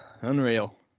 Unreal